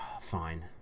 Fine